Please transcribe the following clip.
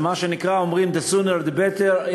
אז מה שנקרא, אומרים the sooner the better.